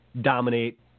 Dominate